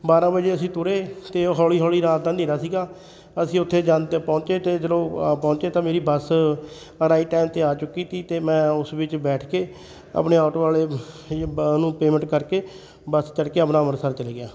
ਬਾਰ੍ਹਾਂ ਵਜੇ ਅਸੀਂ ਤੁਰੇ ਅਤੇ ਹੌਲੀ ਹੌਲੀ ਰਾਤ ਦਾ ਹਨੇਰਾ ਸੀਗਾ ਅਸੀਂ ਉੱਥੇ ਜਨ 'ਤੇ ਪਹੁੰਚੇ ਅਤੇ ਚਲੋ ਪਹੁੰਚੇ ਤਾਂ ਮੇਰੀ ਬੱਸ ਅ ਰਾਈਟ ਟਾਈਮ 'ਤੇ ਆ ਚੁੱਕੀ ਸੀ ਅਤੇ ਮੈਂ ਉਸ ਵਿੱਚ ਬੈਠ ਕੇ ਆਪਣੇ ਆਟੋ ਵਾਲੇ ਉਹਨੂੰ ਪੇਮੈਂਟ ਕਰਕੇ ਬੱਸ ਚੜ੍ਹ ਕੇ ਆਪਣਾ ਅੰਮ੍ਰਿਤਸਰ ਚਲੇ ਗਿਆ